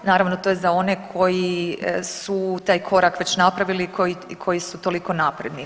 Naravno to je za one koji su taj korak već napravili, koji su toliko napredni.